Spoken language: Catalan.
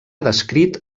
descrit